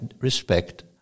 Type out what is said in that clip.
respect